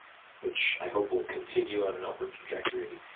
which i hope will continue on an upward trajectory,